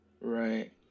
right